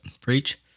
Preach